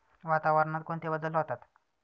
वातावरणात कोणते बदल होतात?